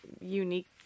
unique